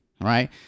right